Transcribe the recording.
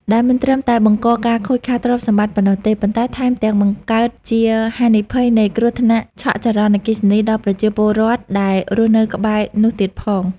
ដែលមិនត្រឹមតែបង្កការខូចខាតទ្រព្យសម្បត្តិប៉ុណ្ណោះទេ ប៉ុន្តែថែមទាំងបង្កើតជាហានិភ័យនៃគ្រោះថ្នាក់ឆក់ចរន្តអគ្គិសនីដល់ប្រជាពលរដ្ឋដែលរស់នៅក្បែរនោះទៀតផង។